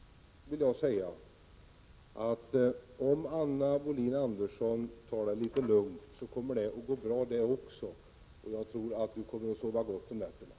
Om Anna Wohlin-Andersson tar det litet lugnt, kommer också det att gå bra. Och jag tror att Anna Wohlin-Andersson kommer att kunna sova gott om nätterna.